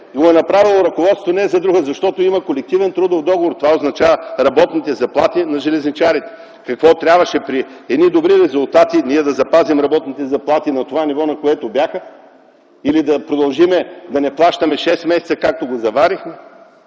е направило това не за друго, а защото има колективен трудов договор. Това означава работните заплати на железничарите. Какво означаваше това?! При добри резултати ние да запазим работните заплати на това ниво, на което бяха?! Или да продължим да не плащаме шест месеца, както го заварихме?!